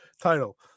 title